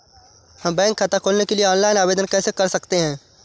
हम बैंक खाता खोलने के लिए ऑनलाइन आवेदन कैसे कर सकते हैं?